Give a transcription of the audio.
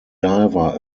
diver